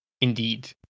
indeed